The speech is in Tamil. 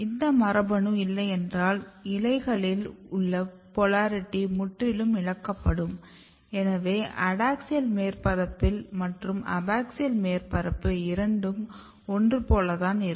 இந்த மரபணு இல்லையென்றால் இலைகளில் உள்ள போலாரிட்டி முற்றிலும் இழக்கப்படும்எனவே அடாக்ஸியல் மேற்பரப்பு மற்றும் அபாக்ஸியல் மேற்பரப்பு இரண்டும் ஒன்று போல் இருக்கும்